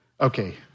Okay